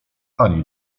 ani